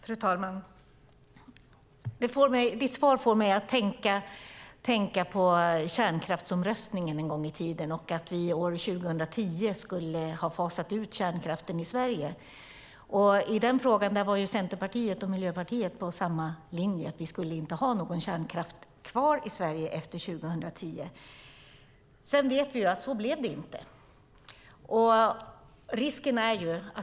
Fru talman! Kerstin Lundgrens svar får mig att tänka på kärnkraftsomröstningen en gång i tiden. År 2010 skulle vi ha fasat ut kärnkraften i Sverige. I den frågan var Centerpartiet och Miljöpartiet på samma linje. Vi skulle inte ha någon kärnkraft kvar i Sverige efter 2010. Men vi vet att det inte blev så.